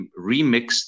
remixed